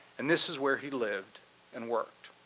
and this is where he lived and worked.